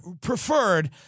preferred